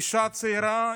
אישה צעירה,